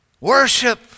worship